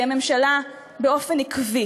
כי הממשלה באופן עקבי